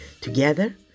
together